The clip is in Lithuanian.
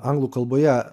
anglų kalboje